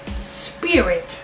spirit